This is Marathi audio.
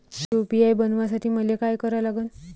यू.पी.आय बनवासाठी मले काय करा लागन?